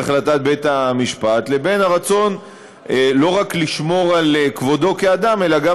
החלטת בית-המשפט ואת הרצון לא רק לשמור על כבודו כאדם אלא גם